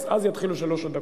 אל תפריע לו באמצע הבדיחה.